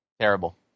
Terrible